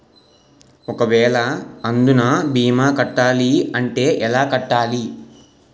ఒక వేల అందునా భీమా కట్టాలి అంటే ఎలా కట్టాలి?